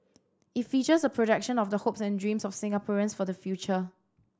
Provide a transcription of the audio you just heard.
it features a projection of the hopes and dreams of Singaporeans for the future